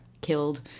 killed